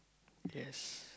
yes